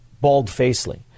bald-facedly